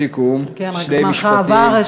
רק זמנך עבר.